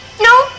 No